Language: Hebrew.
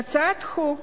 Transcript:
הצעת חוק